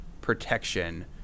protection